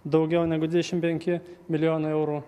daugiau negu dvidešimt penki milijonai eurų